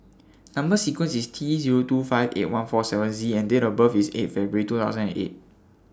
Number sequence IS T Zero two five eight one four seven Z and Date of birth IS eighth February two thousand and eight